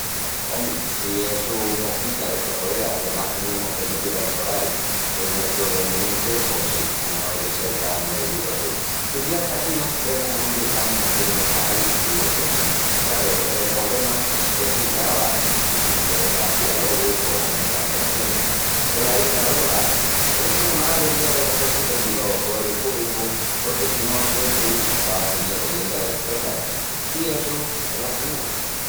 Ome, si essu mos quita d'estoforeas i amás tamién mos premiti d'amejoral el nuestru rendimientu, pos sí. No ai de sel tan ergullosus. Quiciás qu'assina vemus ondi estamus hiziendu mal i deprendemus. Craru, el pobrema es quién grava i qué hazi alogu con essas enteracionis. Velaí la breva! Essu namás devía de hazel-si dendi los poeris púbricus porque si no siempri va a tenel golienda delas perras, i essu es assina.